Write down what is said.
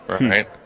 right